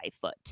foot